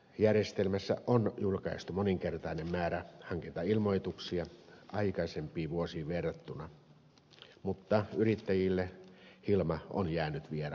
järjestelmässä on julkaistu moninkertainen määrä hankintailmoituksia aikaisempiin vuosiin verrattuna mutta yrittäjille hilma on jäänyt vieraaksi